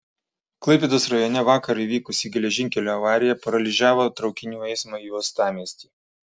klaipėdos rajone vakar įvykusi geležinkelio avarija paralyžiavo traukinių eismą į uostamiestį